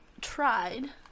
tried